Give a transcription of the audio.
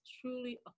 truly